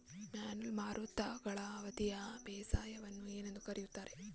Monsoon ಮಾರುತಗಳ ಅವಧಿಯ ಬೇಸಾಯವನ್ನು ಏನೆಂದು ಕರೆಯುತ್ತಾರೆ?